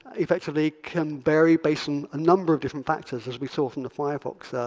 effectively can vary based on a number of different factors as we saw from the firefox,